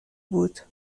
بود